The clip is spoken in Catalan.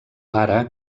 pare